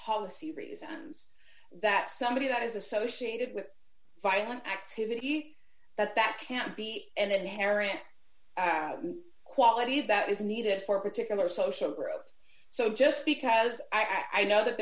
policy reasons that somebody that is associated with violent activity that that can't be an inherent quality that is needed for a particular social group so just because i know that